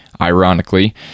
ironically